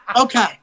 Okay